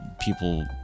people